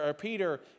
Peter